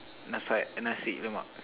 Nasai Nasi-Lemak